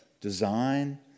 Design